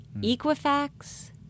Equifax